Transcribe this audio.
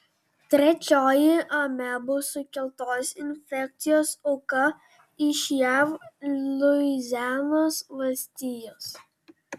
trečioji amebų sukeltos infekcijos auka iš jav luizianos valstijos